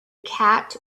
cat